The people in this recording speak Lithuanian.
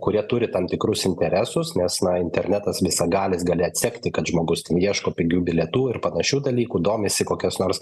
kurie turi tam tikrus interesus nes na internetas visagalis gali atsekti kad žmogus ten ieško pigių bilietų ir panašių dalykų domisi kokios nors